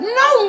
no